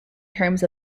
terms